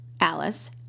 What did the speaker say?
Alice